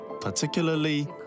particularly